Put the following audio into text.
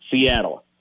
seattle